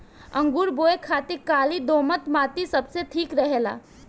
अंगूर बोए खातिर काली दोमट माटी सबसे ठीक रहेला